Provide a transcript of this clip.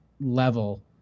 level